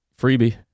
freebie